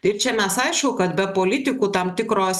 ir čia mes aišku kad be politikų tam tikro